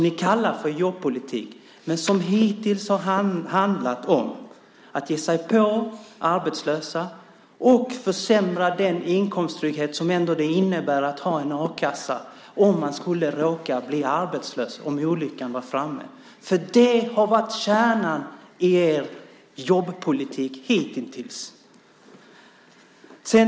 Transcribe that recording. Ni kallar den för jobbpolitik, men hittills har den handlat om att ge sig på arbetslösa och försämra den inkomsttrygghet som det innebär att ha en a-kassa om man skulle råka bli arbetslös, om olyckan skulle vara framme. Det har varit kärnan i er jobbpolitik hitintills.